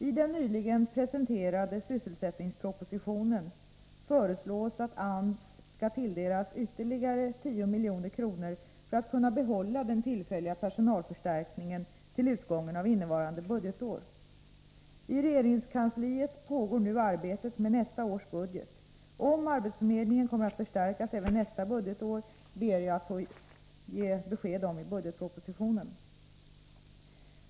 I den nyligen presenterade sysselsättningspropositionen föreslås att AMS skall tilldelas ytterligare 10 milj.kr. för att AMS skall kunna behålla den tillfälliga personalförstärkningen till utgången av innevarande budgetår. I regeringskansliet pågår nu arbetet med nästa års budget. Om arbetsförmedlingen kommer att förstärkas även nästa budgetår ber jag att få ge besked om i budgetpropositionen.